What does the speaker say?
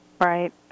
right